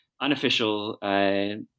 unofficial